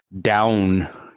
down